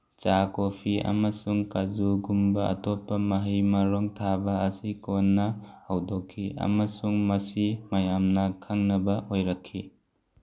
ꯆꯥ ꯀꯣꯐꯤ ꯑꯃꯁꯨꯡ ꯀꯥꯖꯨꯒꯨꯝꯕ ꯑꯇꯣꯞꯄ ꯃꯍꯩ ꯃꯔꯣꯡ ꯊꯥꯕ ꯑꯁꯤ ꯀꯣꯟꯅ ꯍꯧꯗꯣꯛꯈꯤ ꯑꯃꯁꯨꯡ ꯃꯁꯤ ꯃꯌꯥꯝꯅ ꯈꯪꯅꯕ ꯑꯣꯏꯔꯛꯈꯤ